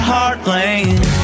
Heartland